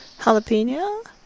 Jalapeno